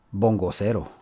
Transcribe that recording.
bongocero